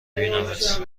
بینمت